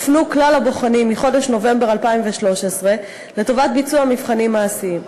הופנו כלל הבוחנים מחודש נובמבר 2013 לטובת ביצוע מבחנים מעשיים.